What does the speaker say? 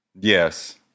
Yes